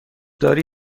داری